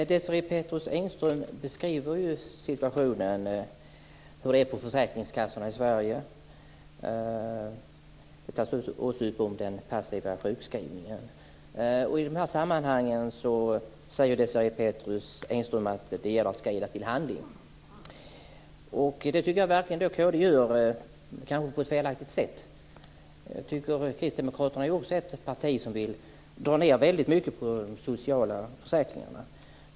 Fru talman! Desirée Pethrus Engström beskriver situationen på försäkringskassorna i Sverige och talar om den passiva sjukskrivningen. I det sammanhanget säger hon att det gäller att skrida till handling. Det tycker jag verkligen att kd gör, men kanske på ett felaktigt sätt. Kristdemokraterna är ett parti som vill dra ned väldigt mycket på de sociala försäkringarna.